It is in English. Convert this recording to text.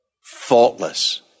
faultless